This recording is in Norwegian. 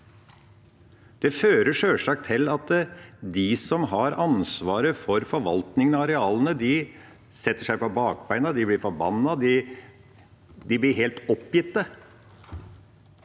Det fører sjølsagt til at de som har ansvaret for forvaltningen av arealene, setter seg på bakbeina, de blir forbanna, de blir helt oppgitt